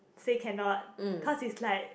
say cannot cause it's like